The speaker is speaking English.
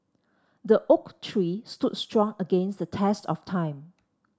the oak tree stood strong against the test of time